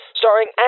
starring